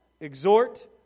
exhort